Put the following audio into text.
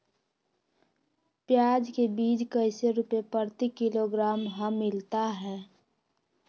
प्याज के बीज कैसे रुपए प्रति किलोग्राम हमिलता हैं?